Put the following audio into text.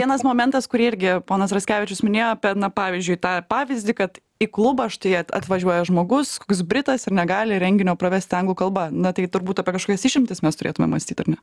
vienas momentas kurį irgi ponas raskevičius minėjo apie na pavyzdžiui tą pavyzdį kad į klubą štai atvažiuoja žmogus koks britas ir negali renginio pravesti anglų kalba na tai turbūt apie kažkokias išimtis mes turėtumėm mąstyt ar ne